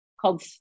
called